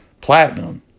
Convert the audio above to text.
platinum